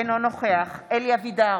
אינו נוכח אלי אבידר,